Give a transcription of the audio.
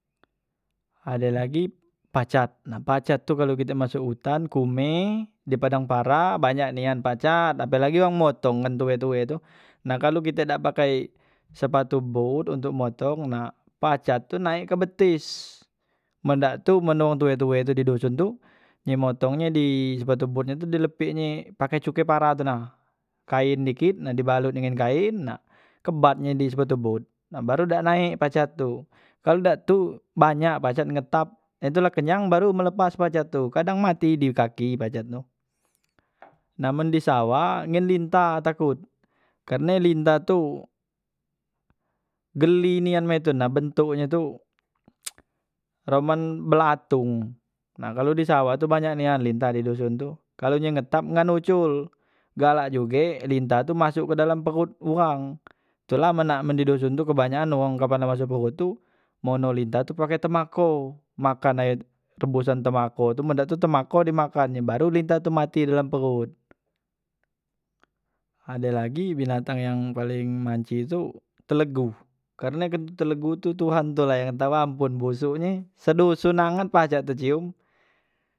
Adelagi pacat, nah pacat tu kalu kite masuk utan kumeh di padang para banyak nian pacat apelagi wang motong kan tue- tue tu nah kalu kite dak pakai sepatu boot untuk motong nah pacat tu naik ke betes, men dak tu man wong tue – tue di doson tu ye motong nye di sepatu boot nye tu di lepek nye pake cuke para tuna, kain dikit nah di balut pake kain nah kebatnye di sepatu boot nah baru dak naik pacat tu kalu dak tu banyak pacat ngetap ye tu la kenyang baru melepas pacat tu kadang mati di kaki pacat tu nah men di sawah ngan lintah takut karne lintah tu geli nian mak itu na bentuk nye tu roman belatung nah kalu di sawah tu banyak nian lintah di doson tu kalu ye ngetap nggan ucul galak juge lintah tu masok ke dalam perot uwang tu lah men nak di dusun tu kebanyakan wong kapan nak masuk perot tu bonoh lintah tu pake temako makan ayo tebusan temako tu men dak tu temako di makan nye baru lintah tu mati di dalam perot, ade lagi binatang yang paling manji tu telegu karne ken telegu tu tuhan tula yang tau ampun busuk nye se dusun anget pacak tecium.